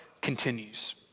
continues